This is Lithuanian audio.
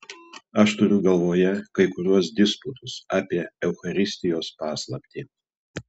aš turiu galvoje kai kuriuos disputus apie eucharistijos paslaptį